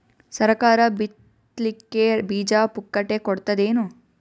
ಸರಕಾರ ಬಿತ್ ಲಿಕ್ಕೆ ಬೀಜ ಪುಕ್ಕಟೆ ಕೊಡತದೇನು?